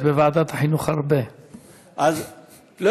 חודש תמוז,